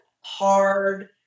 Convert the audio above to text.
hard